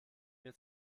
mir